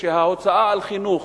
ולכך שההוצאה על חינוך